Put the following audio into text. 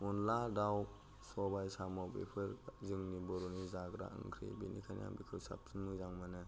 अनद्ला दाउ सबाय साम' बेफोर जोंनि बर'नि जाग्रा ओंख्रि बेनिखायनो आं बेखौ साबसिन मोजां मोनो